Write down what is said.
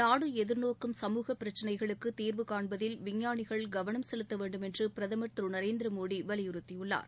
நாடு எதிர்நோக்கும் சமூக பிரச்சினைகளுக்கு தீர்வு காண்பதில் விஞ்ஞானிகள் கவனம் செலுத்த வேண்டும் என்று பிரதமர் திரு நரேந்திர மோடி வலியுறுத்தியுள்ளார்